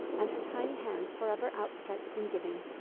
and her tiny hands forever outstretched in giving.